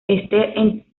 este